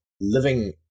living